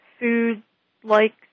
food-like